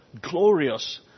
glorious